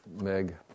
Meg